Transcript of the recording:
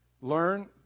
Learn